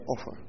offer